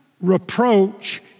reproach